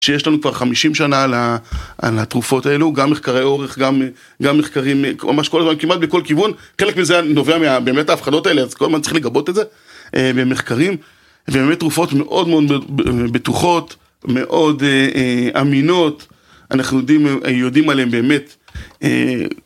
שיש לנו כבר 50 שנה על התרופות האלו, גם מחקרי אורך, גם מחקרים, ממש כל הזמן, כמעט בכל כיוון. חלק מזה נובע מ..ה.. באמת האבחנות האלה, אז כל הזמן צריך לגבות את זה. ומחקרים, באמת תרופות מאוד מאוד בטוחות, מאוד אמינות, אנחנו יודעים עליהן באמת.